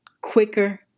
quicker